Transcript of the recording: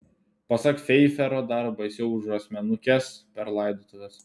pasak feifero tai dar baisiau už asmenukes per laidotuves